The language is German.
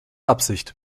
absicht